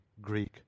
Greek